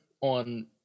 on